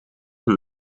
een